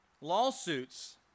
Lawsuits